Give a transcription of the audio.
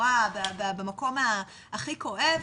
לכאורה במקום הכי כואב,